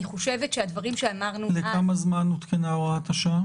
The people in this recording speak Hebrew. אני חושבת שהדברים שאמרנו- -- לכמה זמן הותקנה הוראת השעה?